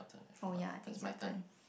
oh ya I think is your turn